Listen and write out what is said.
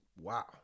wow